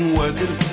working